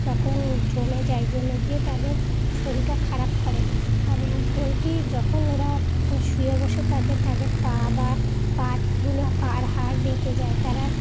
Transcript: তখন জমে যায় জমে গিয়ে তাদের শরীরটা খারাপ করে আর পোলট্রি যখন ওরা শুয়ে বসে থাকে তাদের পা বা পা গুলো পা হাড় বেঁকে যায় তারা